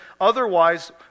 otherwise